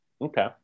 Okay